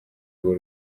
urwo